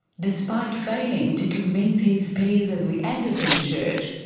despite failing to convince his peers of the anglican church,